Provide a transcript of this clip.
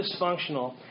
dysfunctional